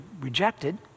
rejected